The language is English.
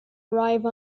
arrive